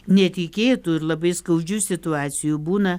netikėtų ir labai skaudžių situacijų būna